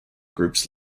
groups